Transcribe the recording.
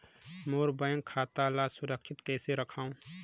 मोर bank खाता ला सुरक्षित कइसे रखव?